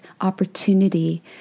opportunity